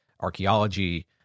archaeology